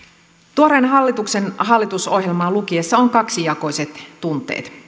tuoreen hallituksen hallitusohjelmaa lukiessa on kaksijakoiset tunteet